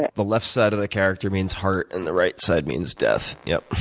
the the left side of the character means heart and the right side means death. yup.